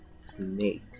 snake